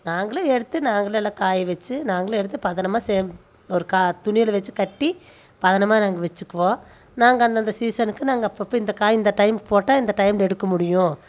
நாங்களே எடுத்து நாங்களே எல்லா காயவச்சி நாங்களே எடுத்து பதனமாக சேமித்து ஒரு கா துணியில் வச்சி கட்டி பதனமாக நாங்கள் வச்சிக்குவோம் நாங்கள் அந்ததந்த சீசனுக்கு நாங்கள் அப்பப்போ இந்த காய் இந்த டைம் போட்டால் இந்த டைம்க்கு எடுக்க முடியும்